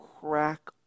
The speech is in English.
crack